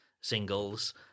singles